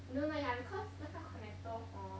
no lah ya because 那个 Cornetto hor